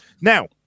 Now